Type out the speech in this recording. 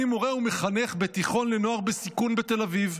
אני מורה ומחנך בתיכון לנוער בסיכון בתל אביב.